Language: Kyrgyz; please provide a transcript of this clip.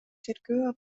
тергөө